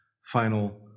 final